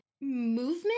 movement